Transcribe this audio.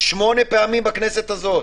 8 פעמים בכנסת הזאת